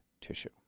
tissue